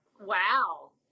wow